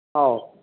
ꯑꯧ